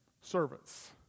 servants